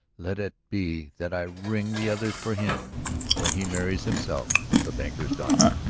let it be that i ring the others for him when he marries himself with the banker's daughter.